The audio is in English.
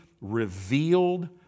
revealed